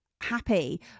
happy